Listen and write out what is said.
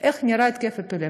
איך נראה התקף אפילפסיה.